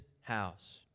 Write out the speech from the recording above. house